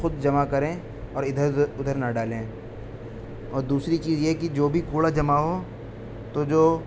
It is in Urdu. خود جمع کریں اور ادھر ادھر ادھر نہ ڈالیں اور دوسری چیز یہ کہ جو بھی کوڑا جمع ہو تو جو